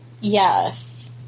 Yes